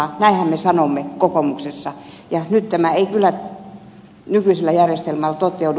näinhän me sanomme kokoomuksessa ja nyt tämä ei kyllä nykyisellä järjestelmällä toteudu